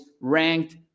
ranked